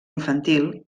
infantil